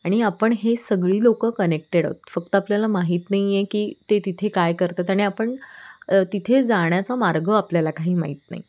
आणि आपण हे सगळी लोकं कनेक्टेड आहोत फक्त आपल्याला माहीत नाही आहे की ते तिथे काय करतात आणि आपण तिथे जाण्याचा मार्ग आपल्याला काही माहीत नाही